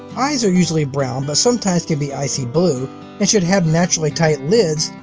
eyes are usually brown, but sometimes can be icy blue, and should have naturally tight lids,